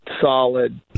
solid